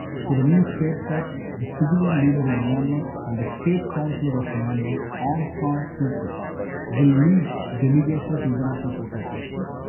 so, the new states that the civilian leader in myanmar and the state counsellor of myanmar aung san suu kyi will lead delegation to international court of justice,